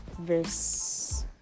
Verse